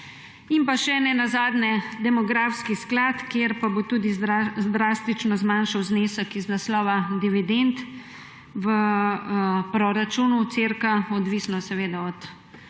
in pa ne nazadnje še demografski sklad, ki bo tudi drastično zmanjšal znesek iz naslova dividend v proračunu, odvisno seveda od